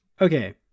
Okay